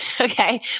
okay